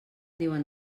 diuen